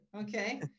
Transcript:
Okay